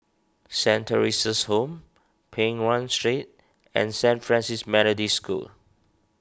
Saint theresa's Home Peng Nguan Street and Saint Francis Methodist School